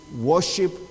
worship